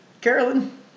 Carolyn